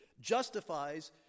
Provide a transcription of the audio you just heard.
justifies